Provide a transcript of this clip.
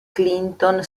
clinton